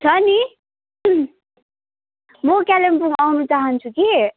छ नि म कालिम्पोङ आउन चाहन्छु कि